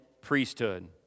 priesthood